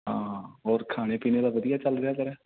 ਹਾਂ ਹੋਰ ਖਾਣੇ ਪੀਣੇ ਦਾ ਵਧੀਆ ਚੱਲ ਰਿਹਾ ਤੇਰਾ